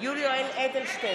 יולי יואל אדלשטיין,